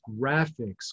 graphics